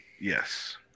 Yes